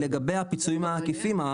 לגבי הפיצויים העקיפים,